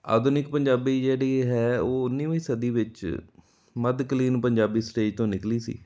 ਆਧੁਨਿਕ ਪੰਜਾਬੀ ਜਿਹੜੀ ਹੈ ਉਹ ਉੱਨੀਵੀਂ ਸਦੀ ਵਿੱਚ ਮੱਧ ਕਾਲੀਨ ਪੰਜਾਬੀ ਸਟੇਜ ਤੋਂ ਨਿਕਲੀ ਸੀ